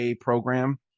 program